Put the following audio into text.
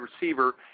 receiver